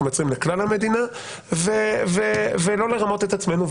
מייצרים לכלל המדינה ולא לרמות את עצמנו.